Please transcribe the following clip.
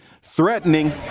Threatening